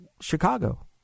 Chicago